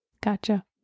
Gotcha